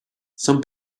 some